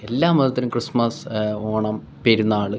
എല്ലാ മതത്തിനും ക്രിസ്മസ് ഓണം പെരുന്നാൾ